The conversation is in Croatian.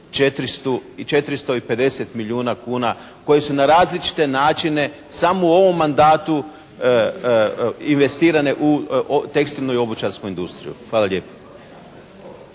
450 milijuna kuna koje su na različite načine samo u ovom mandatu investirane u tekstilnu i obućarsku industriju. Hvala lijepo.